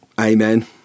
Amen